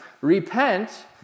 repent